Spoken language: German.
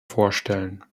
vorstellen